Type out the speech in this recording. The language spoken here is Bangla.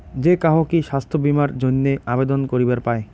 যে কাহো কি স্বাস্থ্য বীমা এর জইন্যে আবেদন করিবার পায়?